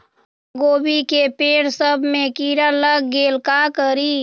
हमरा गोभी के पेड़ सब में किरा लग गेल का करी?